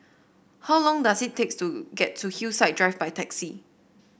how long does it take to get to Hillside Drive by taxi